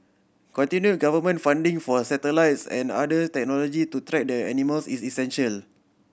continue government funding for satellites and other technology to track the animals is essential